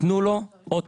תנו לו אוטובוס,